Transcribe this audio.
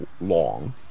long